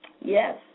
Yes